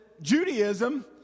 Judaism